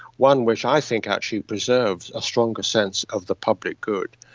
one which i think actually preserves a stronger sense of the public good.